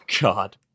God